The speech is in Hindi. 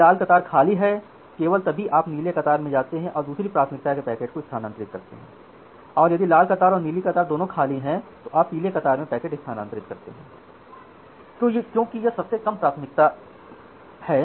यदि लाल कतार खाली है केवल तभी आप नीले कतार में जाते हैं और दूसरी प्राथमिकता के पैकेट को स्थानांतरित करते हैं और यदि लाल कतार और नीली कतार दोनों खाली हैं तभी आप पीले कतार से पैकेट स्थानांतरित करते हैं क्यूंकि यह सबसे कम प्राथमिकता है